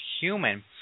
human